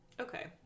okay